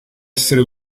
essere